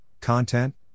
content